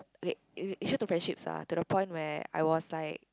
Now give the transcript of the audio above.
okay i~ issue to friendships ah to the point where I was like